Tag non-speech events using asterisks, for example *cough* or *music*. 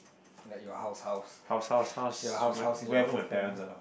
like your house house *laughs* your house house your home home